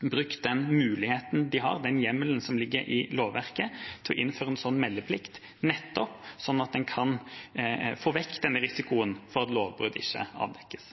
brukt den muligheten de har, den hjemmelen som ligger i lovverket, til å innføre en slik meldeplikt, sånn at en kan få vekk denne risikoen for at lovbrudd ikke avdekkes?